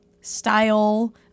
style